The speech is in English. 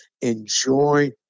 Enjoy